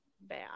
bad